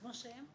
כמו שהם?